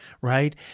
right